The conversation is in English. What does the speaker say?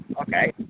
okay